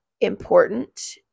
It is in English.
important